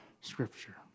scripture